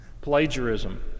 Plagiarism